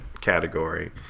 category